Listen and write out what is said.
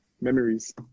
memories